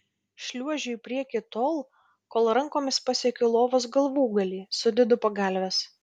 šliuožiu į priekį tol kol rankomis pasiekiu lovos galvūgalį sudedu pagalves